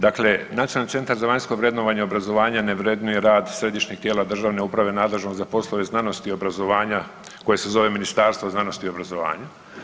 Dakle, Nacionalni centar za vanjsko vrednovanje obrazovanja ne vrednuje rad Središnjeg tijela državne uprave nadležnog za poslove znanosti i obrazovanja koje se zove Ministarstvo znanosti i obrazovanja.